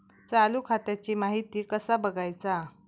चालू खात्याची माहिती कसा बगायचा?